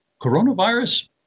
coronavirus